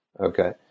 okay